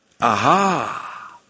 Aha